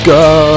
go